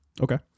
Okay